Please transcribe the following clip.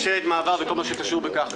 משלת מעבר וכל הקשור בכך.